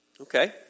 Okay